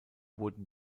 wurden